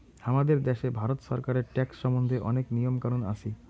হামাদের দ্যাশে ভারত ছরকারের ট্যাক্স সম্বন্ধে অনেক নিয়ম কানুন আছি